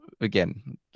again